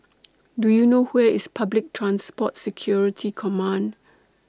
Do YOU know Where IS Public Transport Security Command